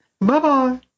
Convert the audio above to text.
bye-bye